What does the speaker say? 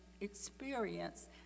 experience